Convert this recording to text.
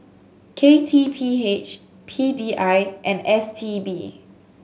K T P H P D I and S T B